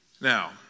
Now